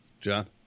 John